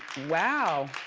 wow.